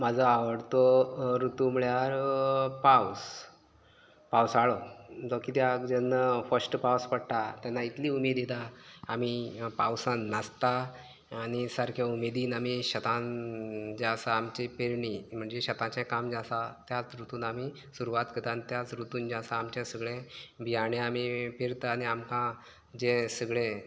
म्हाजो आवडतो रुतू म्हळ्यार पावस पावसाळो तो कित्याक जेन्ना फस्ट पावस पडटा तेन्ना इतली उमेद येता आमी पावसान नाचता आनी सारके उमेदीन आमी शेतान जें आसा आमची पेरणी म्हणजे शेताचें काम जें आसा त्यात रुतून आमी सुरवात करता आनी त्याच रुतून जें आसा आमचें सगळें बियाणें आमी पेरता आनी आमकां जें सगळें